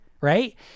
right